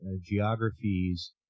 geographies